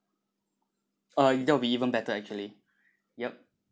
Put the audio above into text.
uh if that will be even better actually yup